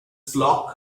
flock